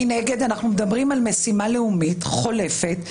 מנגד, אנחנו מדברים על משימה לאומית חולפת,